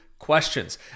questions